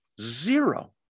Zero